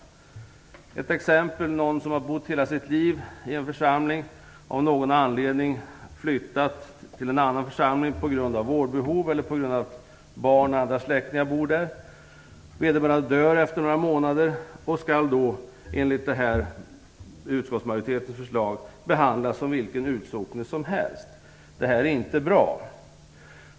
Det kan t.ex. vara en person som hela sitt liv bott i en församling och som av någon anledning flyttat till en annan församling - det kan vara p.g.a. vårdbehov eller p.g.a. att barn eller andra släktingar bor där. Om den personen dör efter några månader skall han enligt utskottsmajoritetens förslag behandlas som vilken utsocknes som helst. Det är inte bra.